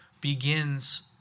begins